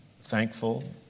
thankful